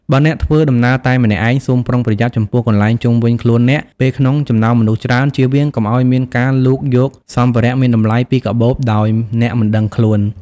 បើអ្នកធ្វើដំណើរតែម្នាក់ឯង សូមប្រុងប្រយ័ត្នចំពោះកន្លែងជុំវិញខ្លួនអ្នក ពេលក្នុងចំណោមមនុស្សច្រើន ចៀសវាងកុំឱ្យមានការលូកយកសម្ភារៈមានតម្លៃពីកាបូបដោយអ្នកមិនដឹងខ្លួន។